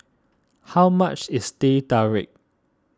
how much is Teh Tarik